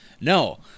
No